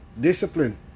discipline